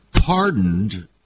pardoned